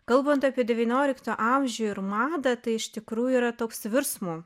kalbant apie devynioliktą amžių ir madą tai iš tikrųjų yra toks virsmo